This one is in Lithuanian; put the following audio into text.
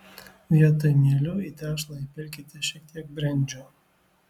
vietoj mielių į tešlą įpilkite šiek tiek brendžio